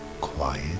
quiet